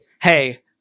hey